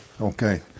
Okay